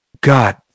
God